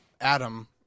Adam